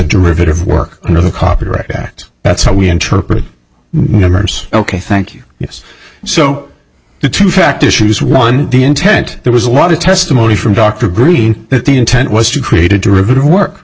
derivative work under the copyright act that's how we interpret numbers ok thank you yes so the two fact issues one the intent there was a lot of testimony from dr greene that the intent was to create a derivative work